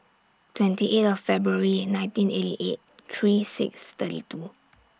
twenty eight of Febrary nineteen eighty eight three six thirty two